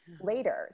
later